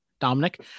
Dominic